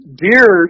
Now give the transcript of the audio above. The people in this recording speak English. deer